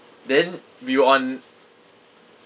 then we were on